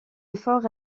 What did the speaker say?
efforts